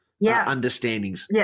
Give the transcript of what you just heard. understandings